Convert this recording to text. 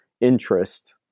interest